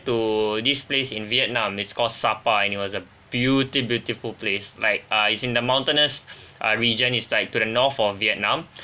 to this place in vietnam it's called sa pa and it was a beauti~ beautiful like err it's in the mountainous uh region is like to the north of vietnam